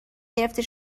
گرفته